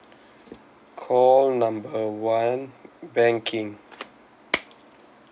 call number one banking